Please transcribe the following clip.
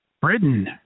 Britain